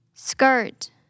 Skirt